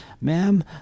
Ma'am